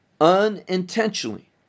unintentionally